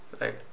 right